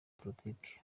politiki